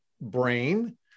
brain